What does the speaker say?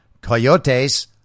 coyotes